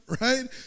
right